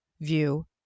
view